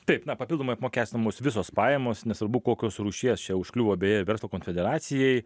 taip na papildomai apmokestinamos visos pajamos nesvarbu kokios rūšies čia užkliuvo beje verslo konfederacijai